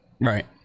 Right